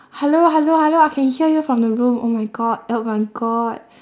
hello hello hello I can hear you from the room oh my god oh my god